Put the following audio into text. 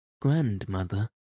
Grandmother